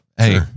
hey